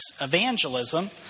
evangelism